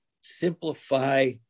simplify